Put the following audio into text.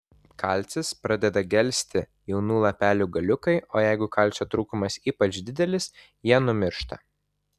kalcis pradeda gelsti jaunų lapelių galiukai o jeigu kalcio trūkumas ypač didelis jie numiršta